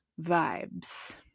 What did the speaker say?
vibes